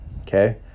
okay